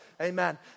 Amen